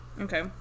Okay